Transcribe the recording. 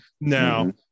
Now